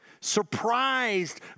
surprised